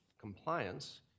compliance